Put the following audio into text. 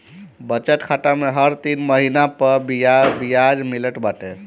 बचत खाता में हर तीन महिना पअ बियाज मिलत बाटे